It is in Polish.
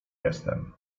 jestem